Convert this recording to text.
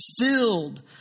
filled